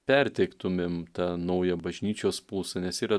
perteiktumėm tą naują bažnyčios pulsą nes yra